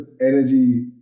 energy